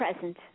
present